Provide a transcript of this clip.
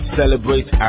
celebrate